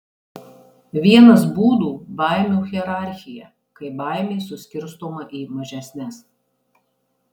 vienas būdų baimių hierarchija kai baimė suskirstoma į mažesnes